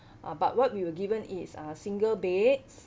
about what we were given it's uh single beds